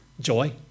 joy